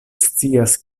scias